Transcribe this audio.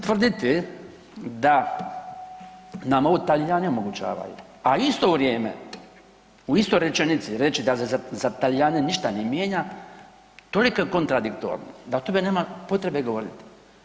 Tvrditi da nam ovo Talijani omogućavaju a isto u vrijeme, u istoj rečenici reći da se za Talijane ništa ne mijenja, toliko je kontradiktorno da o tome nema potrebe govoriti.